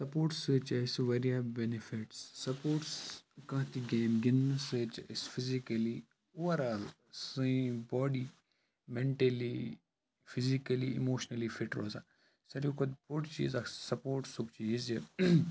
support سۭتۍ چھِ اَسہِ واریاہ بٮ۪نِفِٹٕس سَپوٹٕس کانٛہہ تہِ گیم گِنٛدنہٕ سۭتۍ چھِ أسۍ فِزِکٔلی اوٚوَرآل سٲنۍ body mentally physically emotionally fit روزان ساروی کھۄتہٕ بوٚڈ چیٖز اَکھ سَپوٹسُک چیٖز زِ